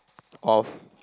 of